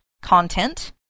content